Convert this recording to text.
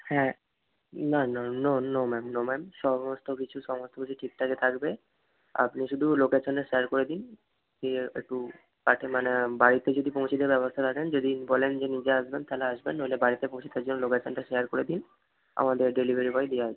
হ্যাঁ না না no no ma'am no ma'am সমস্ত কিছু সমস্ত কিচু ঠিকঠাকই থাকবে আপনি শুধু লোকেশানটা শেয়ার করে দিন দিয়ে একটু পাঠিয়ে মানে বাড়িতে যদি পৌঁছে দেওয়ার ব্যবস্থা রাখেন যদি বলেন যে নিজে আসবেন তাহলে আসবেন নইলে বাড়িতে পৌঁছে দেওয়ার জন্য লোকেশানটা শেয়ার করে দিন আমাদের ডেলিভারি বয় দিয়ে আসবে